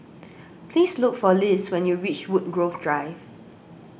please look for Liz when you reach Woodgrove Drive